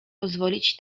pozwolić